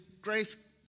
grace